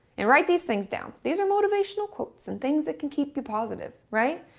and write these things down. these are motivational quotes and things that can keep you positive, right?